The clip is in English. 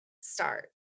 start